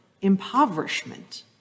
impoverishment